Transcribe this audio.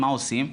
ומה עושים?